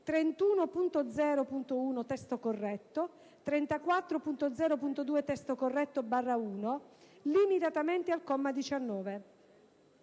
31.0.1 (testo corretto) e 34.0.2 (testo corretto)/1 (limitatamente al comma 19).